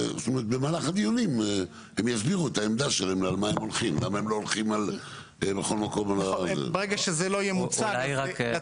למשל באותו מסמך מוזכר הנושא שסיכוני סייבר למשל זה משהו